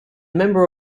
member